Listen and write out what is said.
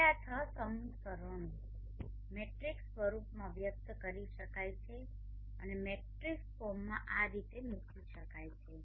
હવે આ છ સમીકરણો મેટ્રિક્સmatrixશ્રેણિક સ્વરૂપમાં વ્યક્ત કરી શકાય છે અને મેટ્રિક્સ ફોર્મમાં આ રીતે મૂકી શકાય છે